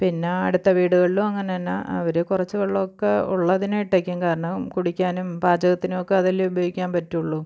പിന്നെ അടുത്ത വീടുകളിലും അങ്ങനെ തന്നെ അവർ കുറച്ച് വെള്ളം ഒക്കെ ഉള്ളതിനെ ഇട്ടേക്കും കാരണം കുടിക്കാനും പാചകത്തിനും ഒക്കെ അതല്ലേ ഉപയോഗിക്കാന് പറ്റുള്ളൂ